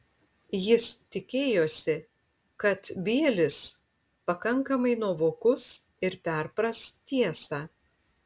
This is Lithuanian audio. jis tikėjosi kad bielis pakankamai nuovokus ir perpras tiesą